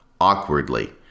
awkwardly